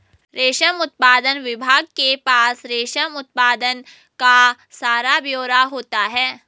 रेशम उत्पादन विभाग के पास रेशम उत्पादन का सारा ब्यौरा होता है